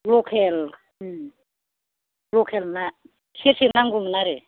लकेल लकेल ना सेरसे नांगौमोन आरो